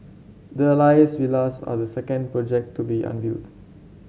the Alias Villas are the second project to be unveiled